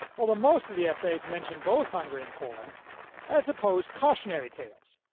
although most of the essays mention both hungary and poland as supposed cautionary tales,